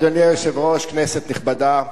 אדוני היושב-ראש, כנסת נכבדה,